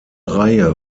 reihe